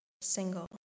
single